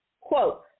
Quote